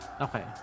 Okay